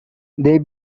they